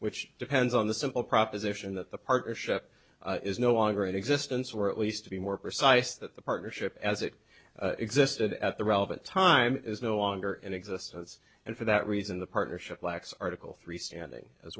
which depends on the simple proposition that the partnership is no longer in existence or at least to be more precise that the partnership as it existed at the relevant time is no longer in existence and for that reason the partnership lacks article three standing as